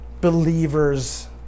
Believers